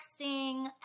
texting